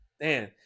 man